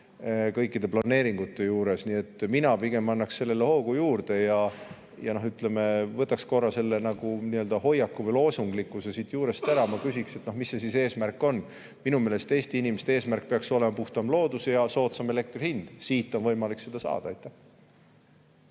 kõikide planeeringute juures. Nii et mina pigem annaks sellele hoogu juurde ja võtaks selle hoiaku või loosunglikkuse siit juurest ära. Ma küsiksin, mis see eesmärk on. Minu meelest Eesti inimeste eesmärk peaks olema puhtam loodus ja soodsam elektri hind. Siit on võimalik seda saada.